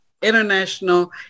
International